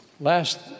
Last